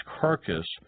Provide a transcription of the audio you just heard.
carcass